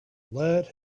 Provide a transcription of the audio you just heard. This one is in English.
lead